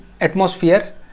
atmosphere